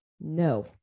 No